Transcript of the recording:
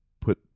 put